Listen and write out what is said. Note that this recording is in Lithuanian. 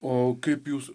o kaip jūs